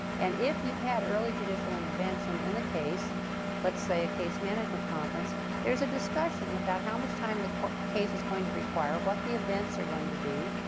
and if you've had early judicial intervention in the case let's say, a case management conference there is a discussion about how much time the case is going to require, what the events are going to be.